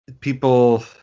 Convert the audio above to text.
people